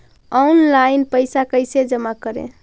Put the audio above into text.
Online पैसा कैसे जमा करे?